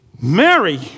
Mary